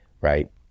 right